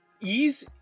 ease